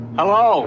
hello